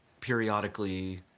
periodically